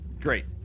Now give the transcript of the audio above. Great